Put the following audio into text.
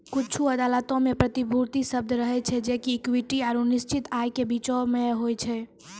कुछु अदालतो मे प्रतिभूति शब्द रहै छै जे कि इक्विटी आरु निश्चित आय के बीचो मे होय छै